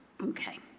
Okay